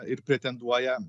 ir pretenduoja